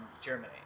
germany